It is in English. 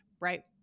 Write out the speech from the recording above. right